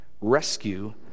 rescue